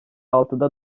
altıda